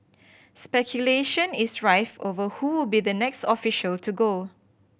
speculation is rife over who with the next official to go